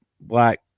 black